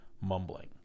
mumbling